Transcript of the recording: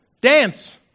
dance